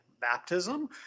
baptism